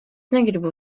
negribu